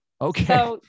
Okay